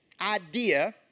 idea